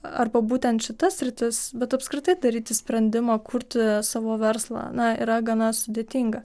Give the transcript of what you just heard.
arba būtent šita sritis bet apskritai daryti sprendimą kurti savo verslą na yra gana sudėtinga